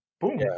boom